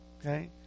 Okay